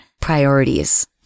priorities